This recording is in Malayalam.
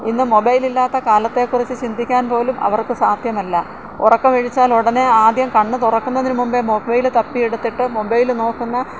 ഇന്ന് മൊബൈൽ ഇല്ലാത്ത കാലത്തെ കുറിച്ച് ചിന്തിക്കാൻ പോലും അവർക്ക് സാധ്യമല്ല ഉറക്കമെഴിച്ചാൽ ഉടനെ ആദ്യം കണ്ണ് തുറക്കുന്നതിന് മുമ്പേ മൊബൈല് തപ്പിയെടുത്തിട്ട് മൊബൈല് നോക്കുന്ന